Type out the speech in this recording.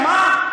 על מה?